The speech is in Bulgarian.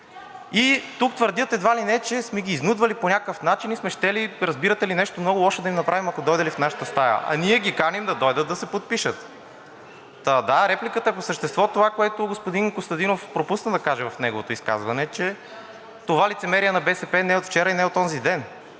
Тук твърдят едва ли не, че сме ги изнудвали по някакъв начин и сме щели, разбирате ли, нещо много лошо да им направим, ако дойдели в нашата стая, а ние ги каним да дойдат да се подпишат. Да, репликата е по същество. Това, което господин Костадинов пропуска да каже в неговото изказване, е, че това лицемерие на БСП не е от вчера и не е от онзиден.